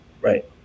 Right